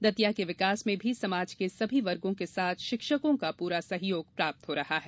दतिया के विकास में भी समाज के सभी वर्गों के साथ शिक्षकों का पूरा सहयोग प्राप्त हो रहा है